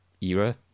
era